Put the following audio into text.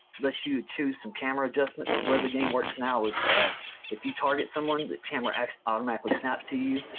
lets you choose some camera adjustments. where the game works now is if you target someone the camera automatically snaps to you.